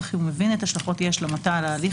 וכי הוא מבין את השלכות אי השלמתה על ההליך